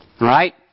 right